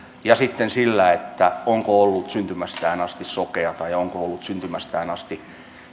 ja sitten sillä onko ollut syntymästään asti sokea tai onko ollut syntymästään asti